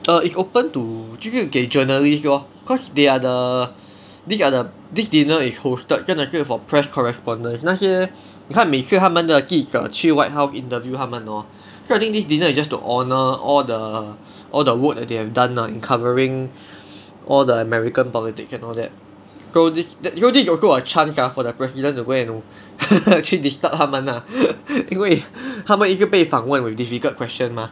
err it's open to 就是给 journalist lor because they are the these are the this dinner is hosted 真的是 for press correspondents 那些你看每次他们的记者去 white house interview 他们 hor this dinner is just to honour all the all the work that they have done lah in covering all the american politics and all that so this so this is also a chance ah for the president to go and 去 disturb 他们 lah 因为他们一直被访问 with difficult question mah